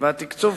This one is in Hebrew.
והתקצוב,